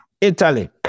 Italy